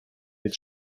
від